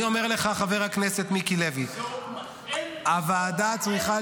ממה אתם פוחדים?